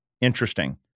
interesting